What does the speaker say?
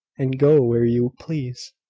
and go where you please.